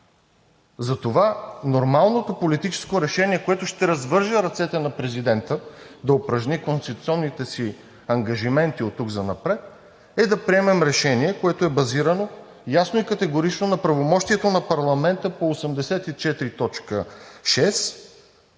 Затова нормалното политическо решение, което ще развърже ръцете на президента да упражни конституционните си ангажименти оттук занапред, е да приемем решение, което е базирано ясно и категорично на правомощието на парламента по чл.